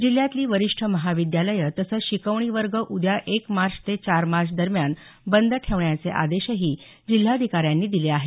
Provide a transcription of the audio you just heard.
जिल्ह्यातली वरिष्ठ महाविद्यालयं तसंच शिकवणी वर्ग उद्या एक मार्च ते चार मार्च दरम्यान बंद ठेवण्याचे आदेशही जिल्हाधिकाऱ्यांनी दिले आहेत